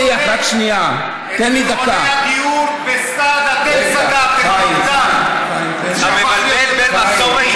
את מכוני הגיור בצה"ל אתם סגרתם, המפד"ל.